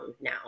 now